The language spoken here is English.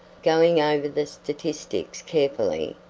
going over the statistics carefully,